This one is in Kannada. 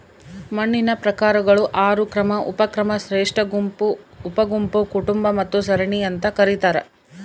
ಮಣ್ಣಿನ ಪ್ರಕಾರಗಳು ಆರು ಕ್ರಮ ಉಪಕ್ರಮ ಶ್ರೇಷ್ಠಗುಂಪು ಉಪಗುಂಪು ಕುಟುಂಬ ಮತ್ತು ಸರಣಿ ಅಂತ ಕರೀತಾರ